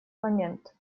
момент